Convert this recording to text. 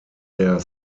der